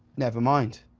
never mind.